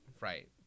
Right